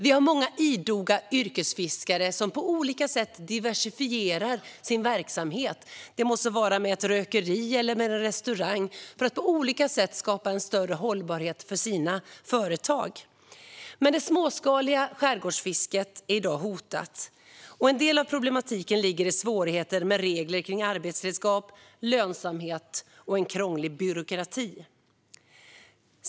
Vi har många idoga yrkesfiskare som på olika sätt diversifierar sin verksamhet, det må vara med ett rökeri eller en restaurang, för att skapa en större hållbarhet för sina företag. Men det småskaliga skärgårdsfisket är i dag hotat. En del av problematiken ligger i svårigheter med regler kring arbetsredskap, lönsamhet och krånglig byråkrati.